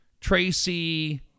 Tracy